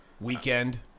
Weekend